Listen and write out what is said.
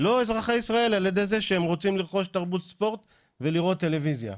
לא אזרחי ישראל על ידי זה שהם רוצים לרכוש תרבות ספורט ולראות טלוויזיה.